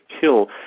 kill